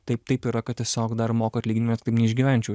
taip taip yra kad tiesiog dar moka atlyginimą kitaip neišgyvenčiau